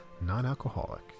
non-alcoholic